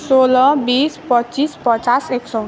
सोह्र बिस पच्चिस पचास एक सय